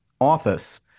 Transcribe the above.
office